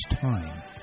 time